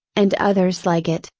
and others like it,